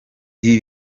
ibi